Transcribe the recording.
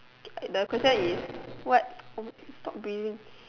the question is what !oi! stop breathing